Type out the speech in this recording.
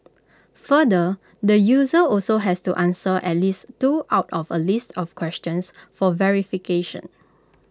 further the user also has to answer at least two out of A list of questions for verification